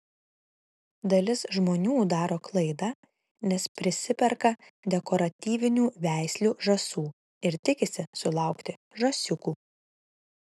dalis žmonių daro klaidą nes prisiperka dekoratyvinių veislių žąsų ir tikisi sulaukti žąsiukų